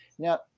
Now